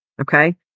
okay